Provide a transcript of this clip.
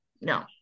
no